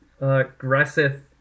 aggressive